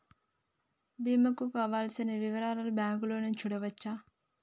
బీమా కు కావలసిన వివరాలను బ్యాంకులో చూడొచ్చా?